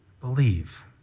believe